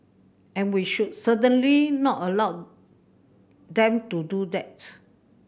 and we should certainly not allow them to do that